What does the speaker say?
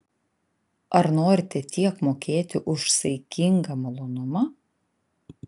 ar norite tiek mokėti už saikingą malonumą